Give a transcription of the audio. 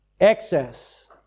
Excess